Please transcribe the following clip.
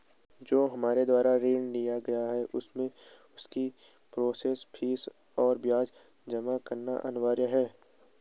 जो हमारे द्वारा ऋण लिया गया है उसमें उसकी प्रोसेस फीस और ब्याज जमा करना अनिवार्य है?